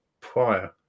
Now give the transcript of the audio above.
prior